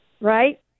Right